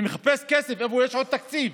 אני מחפש כסף, איפה יש עוד תקציב?